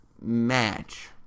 match